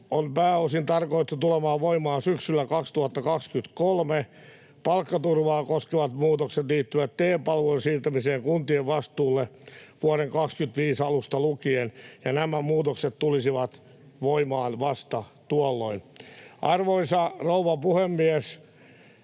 on pääosin tarkoitettu tulemaan voimaan syksyllä 2023. Palkkaturvaa koskevat muutokset liittyvät TE-palvelujen siirtämiseen kuntien vastuulle vuoden 2025 alusta lukien, ja nämä muutokset tulisivat voimaan vasta tuolloin. Arvoisa rouva puhemies!